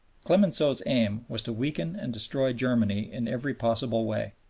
clemenceau's aim was to weaken and destroy germany in every possible way,